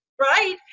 right